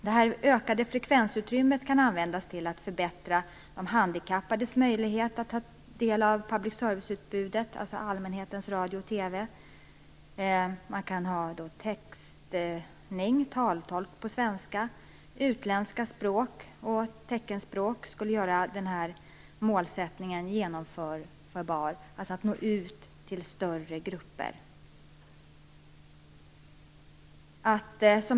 Det ökade frekvensutrymmet kan användas till att förbättra de handikappades möjligheter att ta del av public service-utbudet, allmänhetens radio och TV. Textning, taltolk på svenska, utländska språk och teckenspråk skulle göra målsättningen genomförbar, dvs. nå ut till större grupper.